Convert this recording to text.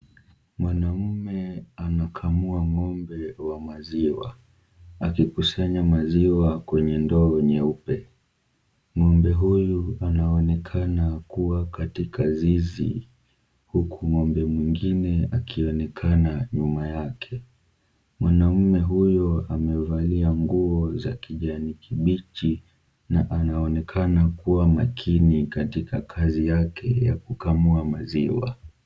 Mwanaume anakamua ng'ombe wa maziwa, akikusanya maziwa kwenye ndoo nyeupe. Ng'ombe huyu anaonekana kuwa katika zizi huku ng'ombe mwingine akionekana nyuma yake. Mwanaume huyu amevalia nguo za kijani kibichi na anaonekana kuwa makini katika kazi yake ya kukamua maziwa.